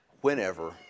whenever